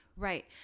Right